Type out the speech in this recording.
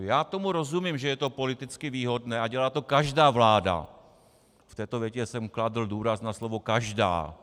Já tomu rozumím, že je to politicky výhodné, a dělá to každá vláda, v této větě jsem kladl důraz na slovo každá.